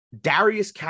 Darius